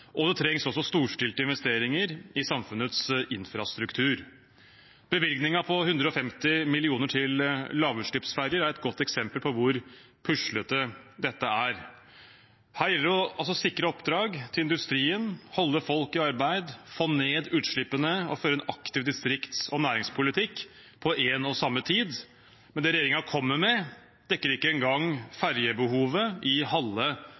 og det trengs også storstilte investeringer i samfunnets infrastruktur. Bevilgningen på 150 mill. kr til lavutslippsferjer er et godt eksempel på hvor puslete dette er. Her gjelder det å sikre oppdrag til industrien, holde folk i arbeid, få ned utslippene og føre en aktiv distrikts- og næringspolitikk på én og samme tid, men det regjeringen kommer med, dekker ikke engang ferjebehovet i halve